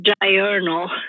diurnal